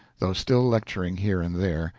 though still lecturing here and there,